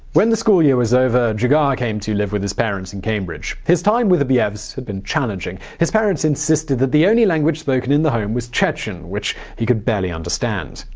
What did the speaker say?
when the school year was over, dzhokhar came to live with his parents in cambridge. his time with the biev's had been challenging. the parents insisted that the only language spoken in the home was chechen, which he could barely understand.